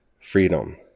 freedom